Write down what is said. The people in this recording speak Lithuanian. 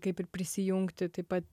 kaip ir prisijungti taip pat